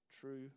true